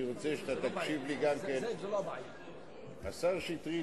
אני רוצה שאתה תקשיב לי גם כן, אני עם השר שטרית.